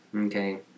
Okay